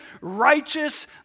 righteous